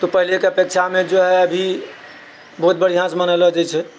तो पहिलेके अपेक्षामे जो है अभी बहुत बढ़िआँसँ मनैलो जाइत छै